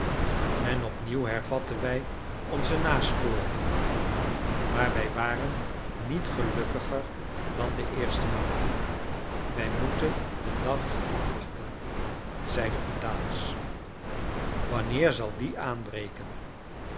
en opnieuw hervatten wij onze nasporingen maar wij waren niet gelukkiger dan de eerste maal wij moeten den dag afwachten zeide vitalis wanneer zal die aanbreken